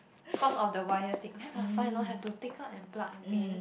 cause of the wire thing very mafan you know have to take out and plug again